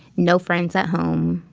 no friends at home.